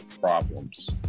problems